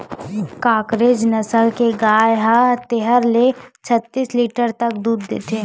कांकरेज नसल के गाय ह तेरह ले छत्तीस लीटर तक दूद देथे